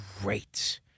great